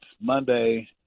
monday